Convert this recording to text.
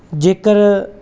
ਜੇਕਰ